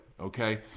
okay